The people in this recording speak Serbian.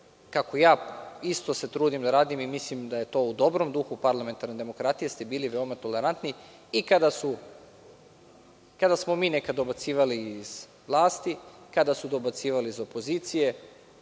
kako i ja isto se trudim da radim i mislim da je to u dobrom duhu parlamentarne demokratije, bili veoma tolerantni i kada smo mi nekada dobacivali iz vlasti, kada su dobacivali iz opozicije,